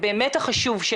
שבאמת חשוב,